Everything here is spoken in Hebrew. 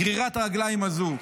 גרירת הרגליים הזו,